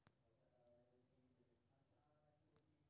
सर्दी, खांसी, बुखार, पाचन आ पेट रोग मे एकर उपयोग कैल जाइ छै